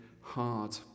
hard